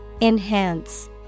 Enhance